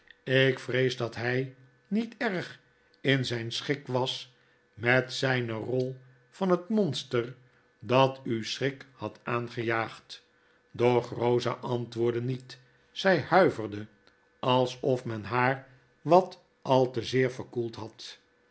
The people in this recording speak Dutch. ik vrees dat hij niet erg in zijn schik was met zijne rol van het monster dat u sciirik had aangejaagd doch rosa antwoordde niet zij huiverde alsof men haar wat al te zeer verkoeld had